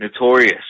notorious